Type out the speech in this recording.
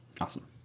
Awesome